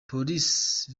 police